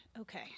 okay